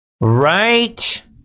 Right